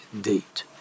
date